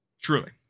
Truly